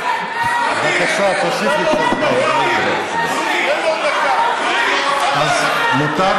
חברת הכנסת נורית קורן, בבקשה, ואחריה, מיקי